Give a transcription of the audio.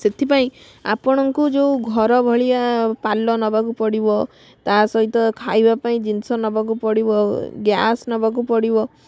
ସେଥିପାଇଁ ଆପଣଙ୍କୁ ଯେଉଁ ଘର ଭଳିଆ ପାଲ ନେବାକୁ ପଡ଼ିବ ତା ସହିତ ଖାଇବା ପାଇଁ ଜିନିଷ ନେବାକୁ ପଡ଼ିବ ଗ୍ୟାସ ନେବାକୁ ପଡ଼ିବ